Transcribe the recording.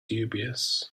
dubious